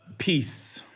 peace.